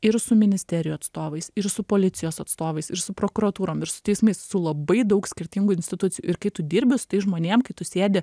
ir su ministerijų atstovais ir su policijos atstovais ir su prokuratūrom ir su teismais su labai daug skirtingų institucijų ir kai tu dirbi su tais žmonėm kai tu sėdi